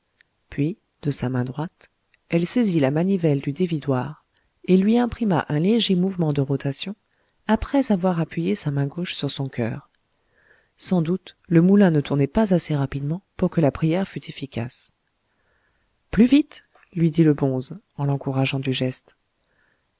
puis de sa main droite elle saisit la manivelle du dévidoir et lui imprima un léger mouvement de rotation après avoir appuyé sa main gauche sur son coeur sans doute le moulin ne tournait pas assez rapidement pour que la prière fût efficace plus vite lui dit le bonze en l'encourageant du geste